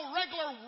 regular